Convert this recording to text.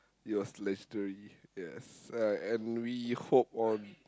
it was legenedary yes uh and we hope on